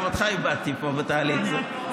וגם אותך איבדתי בתהליך הזה.